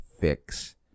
fix